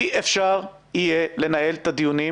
אי אפשר יהיה לנהל את הדיונים